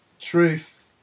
Truth